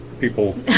people